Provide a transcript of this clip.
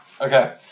Okay